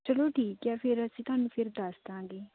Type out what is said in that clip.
ਚਲੋ ਠੀਕ ਹੈ ਫਿਰ ਅਸੀਂ ਤੁਹਾਨੂੰ ਫਿਰ ਦੱਸ ਦਾਂਗੇ